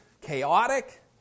chaotic